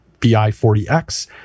bi40x